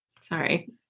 sorry